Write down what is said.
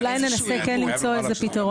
אולי ננסה כן למצוא איזה פתרון.